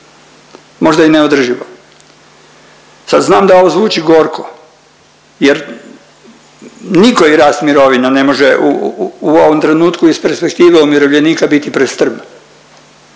možda i neodrživo. Sad znam da ovo zvuči gorko jer nikoji rast mirovina ne može u ovom trenutku iz perspektive umirovljenika biti prestrm.